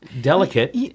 delicate